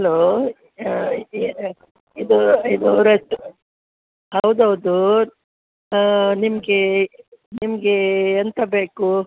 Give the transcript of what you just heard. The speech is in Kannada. ಹಲೋ ಇದು ಇದು ರೆಸ್ಟು ಹೌದು ಹೌದು ನಿಮ್ಗೆ ನಿಮ್ಗೆ ಎಂತ ಬೇಕು